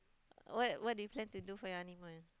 what what do you plan to do for your honeymoon